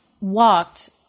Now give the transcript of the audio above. walked